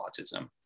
autism